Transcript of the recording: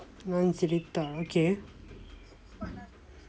நான் சிரித்தாள்:naan sirithaal okay